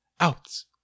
outs